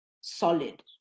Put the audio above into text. solid